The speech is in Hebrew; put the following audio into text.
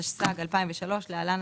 התשס"ג 2003 (להלן,